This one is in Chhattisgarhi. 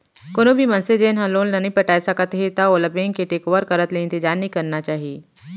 कोनो भी मनसे जेन ह लोन ल नइ पटाए सकत हे त ओला बेंक के टेक ओवर करत ले इंतजार नइ करना चाही